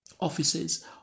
offices